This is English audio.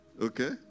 Okay